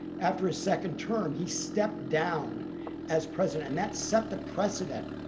after a second term, he stepped down as president. and that set the precedent,